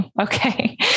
Okay